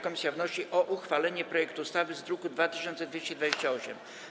Komisja wnosi o uchwalenie projektu ustawy z druku nr 2228.